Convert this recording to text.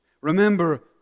Remember